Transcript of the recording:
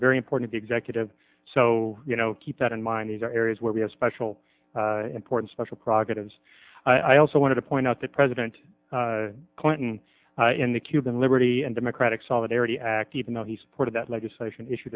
are very important executive so you know keep that in mind these are areas where we have special importance special progressives i also want to point out that president clinton in the cuban liberty and democratic solidarity act even though he supported that legislation issue